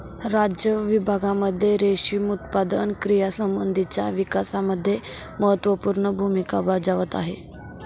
राज्य विभागांमध्ये रेशीम उत्पादन क्रियांसंबंधीच्या विकासामध्ये महत्त्वपूर्ण भूमिका बजावत आहे